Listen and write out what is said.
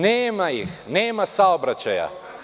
Nema ih, nema saobraćaja.